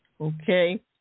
okay